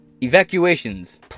Evacuations